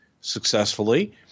successfully